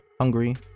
hungry